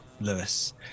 Lewis